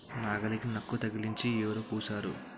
నాగలికి నక్కు తగిలించి యేరు పూశారు